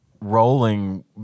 rolling